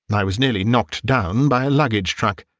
and i was nearly knocked down by a luggage-truck,